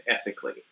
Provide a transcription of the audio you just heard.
ethically